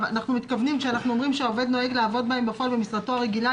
כשאנחנו א מרים שהעובד נוהג לעבוד בהם בפועל במשרתו הרגילה,